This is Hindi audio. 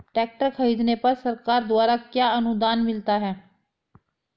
ट्रैक्टर खरीदने पर सरकार द्वारा क्या अनुदान मिलता है?